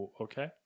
Okay